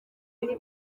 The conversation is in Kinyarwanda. ndi